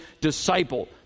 disciple